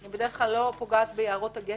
אני בדרך כלל לא פוגעת ביערות הגשם.